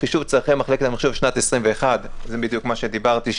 חישוב צרכי מחלקת המחשוב לשנת 2021 זה בדיוק מה שדיברתי,